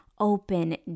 Open